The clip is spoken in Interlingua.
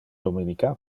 dominica